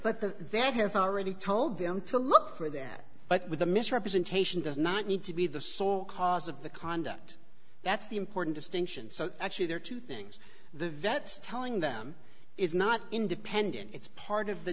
but the vet has already told them to look for that but with the misrepresentation does not need to be the sole cause of the conduct that's the important distinction so actually there are two things the vets telling them it's not independent it's part of the